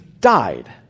died